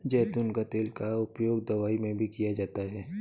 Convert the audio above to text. ज़ैतून का तेल का उपयोग दवाई में भी किया जाता है